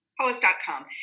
Poets.com